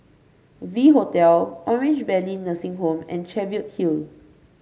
V Hotel Orange Valley Nursing Home and Cheviot Hill